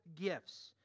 gifts